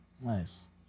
Nice